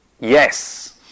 Yes